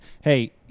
hey